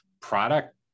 product